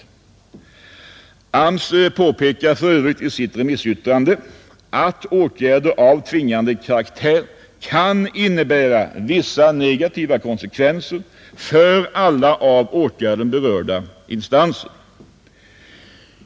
AMS påpekar för övrigt i sitt remissyttrande, att åtgärder av tvingande karaktär kan innebära vissa negativa konsekvenser för alla av åtgärden berörda instanser.